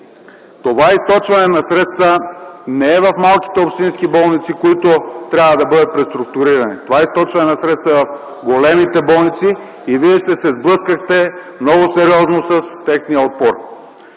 Това източване на средства не е в малките общински болници, които трябва да бъдат преструктурирани. То е в големите болници и Вие ще се сблъскате много сериозно с техния отпор.